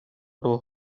pro